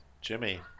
Jimmy